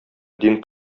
дин